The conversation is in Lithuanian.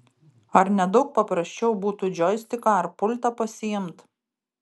ar ne daug paprasčiau būtų džoistiką ar pultą pasiimt